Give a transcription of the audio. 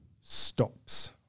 stops